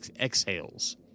exhales